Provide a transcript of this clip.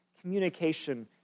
communication